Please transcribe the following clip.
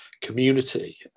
community